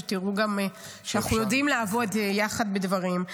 שתראו שאנחנו יודעים לעבוד יחד בדברים.